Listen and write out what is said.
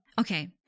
Okay